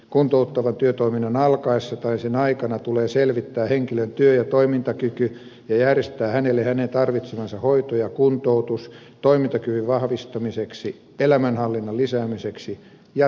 kuntouttavan työtoiminnan alkaessa tai sen aikana tulee selvittää henkilön työ ja toimintakyky ja järjestää hänelle hänen tarvitsemansa hoito ja kuntoutus toimintakyvyn vahvistamiseksi elämänhallinnan lisäämiseksi ja työllistymisen edistämiseksi